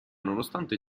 nonostante